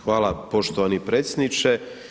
Hvala poštovani predsjedniče.